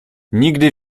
nigdy